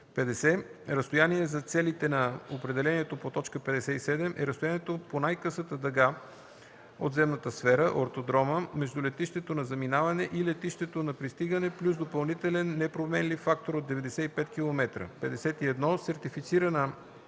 50. „Разстояние” за целите на определението по т. 57 е разстоянието по най-късата дъга от земната сфера (ортодрома) между летището на заминаване и летището на пристигане плюс допълнителен непроменлив фактор от 95 km. 51. „Сертифицирана